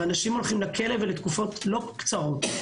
ואנשים הולכים לכלא ולתקופות לא קצרות.